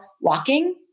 walking